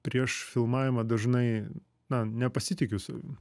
prieš filmavimą dažnai na nepasitikiusavim